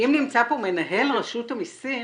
מנהל רשות המיסים,